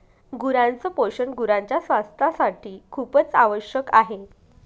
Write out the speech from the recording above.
गुरांच पोषण गुरांच्या स्वास्थासाठी खूपच आवश्यक आहे